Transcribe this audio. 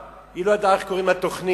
5. אני קובע שהצעת חוק רשות השידור (תיקון מס' 23),